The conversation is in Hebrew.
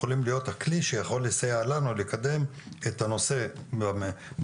הם יכולים להיות הכלי שיכול לסייע לנו לקדם את הנושא בחברה,